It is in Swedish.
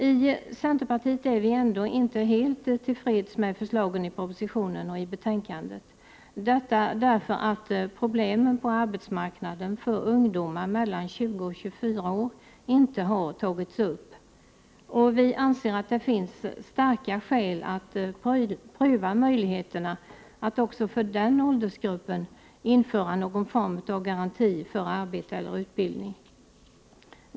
I centerpartiet är vi ändå inte helt till freds med förslagen i propositionen och i betänkandet — detta därför att problemen på arbetsmarknaden för ungdomar mellan 20 och 24 år inte har tagits upp. Vi anser att det finns starka skäl att pröva möjligheterna att också för denna åldersgrupp införa någon form av garanti för arbete eller utbildning.